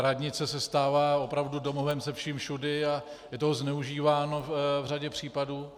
Radnice se stává opravdu domovem se vším všudy a je toho zneužíváno v řadě případů.